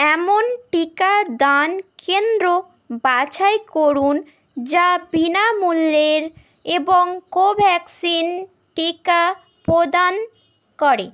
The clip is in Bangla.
এমন টিকাদান কেন্দ্র বাছাই করুন যা বিনামূল্যের এবং কোভ্যাক্সিন টিকা প্রদান করে